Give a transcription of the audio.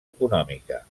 econòmica